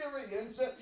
experience